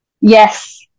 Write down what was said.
Yes